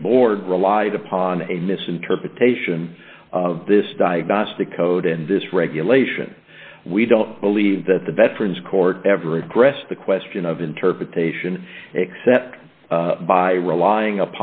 the board relied upon a misinterpretation of this diagnostic code and this regulation we don't believe that the veterans court every press the question of interpretation except by relying